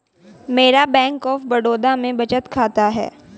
मेरा bank of Baroda में बचत खाता है